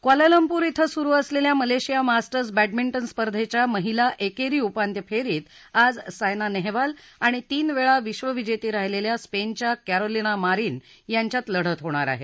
Kuala Lumpur इथं सुरू असलेल्या मलेशिया मास्टर्स बॅंडमिंटन स्पर्धेच्या महिला एकेरी उपांत्यफेरीत आज सायना नेहवाल आणि तीनवेळा विंबविजेती राहीलेल्या स्पेनच्या कॅरोलिना मारिन यांच्यात लढत होणार आहे